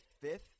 fifth